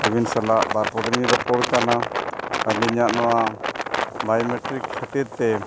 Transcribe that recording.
ᱟᱹᱵᱤᱱ ᱥᱟᱞᱟᱜ ᱵᱟᱨ ᱯᱚᱫᱞᱤᱧ ᱨᱚᱯᱚᱲ ᱠᱟᱱᱟ ᱟᱹᱞᱤᱧᱟᱜ ᱱᱚᱣᱟ ᱵᱟᱭᱳᱢᱮᱴᱨᱤᱠ ᱠᱷᱟᱹᱛᱤᱨᱛᱮ